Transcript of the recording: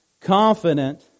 confident